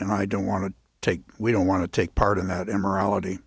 and i don't want to take we don't want to take part in that immorality